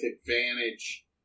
advantage